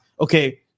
Okay